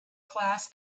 class